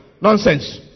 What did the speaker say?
Nonsense